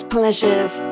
Pleasures